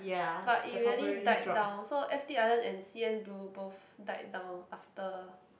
but it really died down so F-T_Island and C_N-Blue both died down after